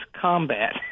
combat